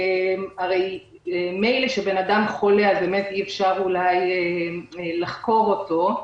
מילא כשאדם חולה, אז אולי אי-אפשר לחקור אותו,